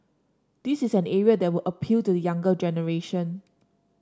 this is an area that would appeal to the younger generation